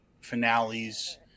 finales